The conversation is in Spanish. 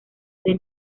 the